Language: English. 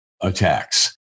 attacks